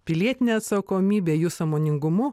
pilietine atsakomybe jų sąmoningumu